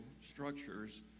structures